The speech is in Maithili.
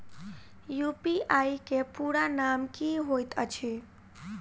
यु.पी.आई केँ पूरा नाम की होइत अछि?